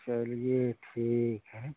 चलिए ठीक है